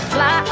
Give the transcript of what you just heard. Fly